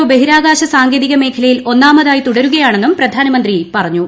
O ബഹിരാകാശ സാങ്കേതിക മേഖല്യീൽ ഒന്നാമതായി തുടരുകയാണെന്ന് പ്രധാനമന്ത്രി പറഞ്ഞു